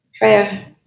Prayer